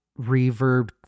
reverb